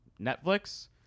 Netflix